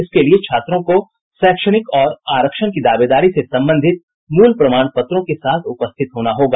इसके लिए छात्रों को शैक्षणिक और आरक्षण की दावेदारी से संबंधित मूल प्रमाण पत्रों के साथ उपस्थित होना होगा